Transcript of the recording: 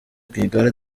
rwigara